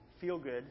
feel-good